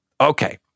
Okay